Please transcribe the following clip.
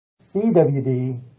CWD